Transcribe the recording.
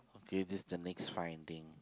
with this that's fine then